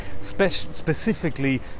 specifically